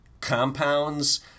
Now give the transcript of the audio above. compounds